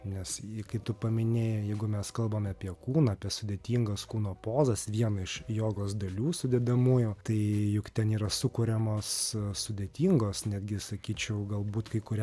nes ji kaip tu paminėjai jeigu mes kalbame apie kūną apie sudėtingas kūno pozas vieną iš jogos dalių sudedamųjų tai juk ten yra sukuriamos sudėtingos netgi sakyčiau galbūt kai kurie